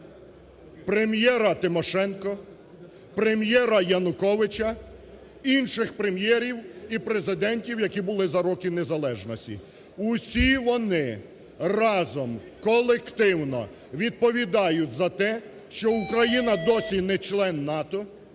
Прем’єра Тимошенко, Прем’єра Януковича, інших прем'єрів і президентів, які були за роки незалежності. Усі вони разом колективно відповідають за те, що Україна досі не член НАТО,